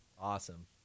Awesome